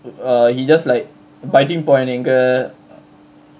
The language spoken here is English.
err he just like biting point எங்க:enga